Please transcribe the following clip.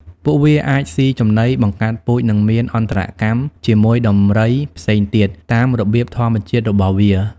ពួកវាអាចស៊ីចំណី បង្កាត់ពូជ និងមានអន្តរកម្មជាមួយដំរីផ្សេងទៀតតាមរបៀបធម្មជាតិរបស់វា។